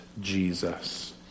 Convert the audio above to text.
Jesus